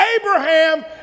Abraham